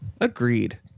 Agreed